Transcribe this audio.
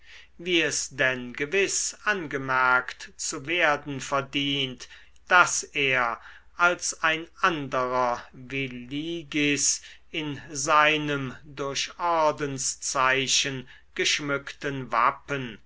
wie es denn gewiß angemerkt zu werden verdient daß er als ein anderer willigis in seinem durch ordenszeichen geschmückten wappen